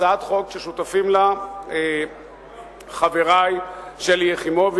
הצעת חוק ששותפים לה חברי שלי יחימוביץ,